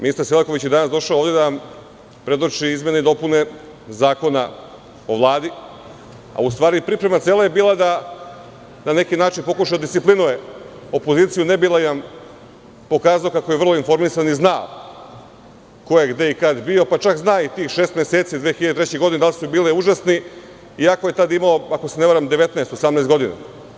Ministar Selaković je danas došao ovde da vam predoči izmene idopune Zakona o Vladi, a u stvari cela priprema je bila da, na neki način, pokuša da disciplinuje opoziciju, ne bi li vam pokazao kako je vrlo informisan i zna ko je, gde i kada bio, pa čak zna i tih šest meseci 2003. godine da li su bili užasni, iako je tad imao, ako se ne varam, 18, 19 godina.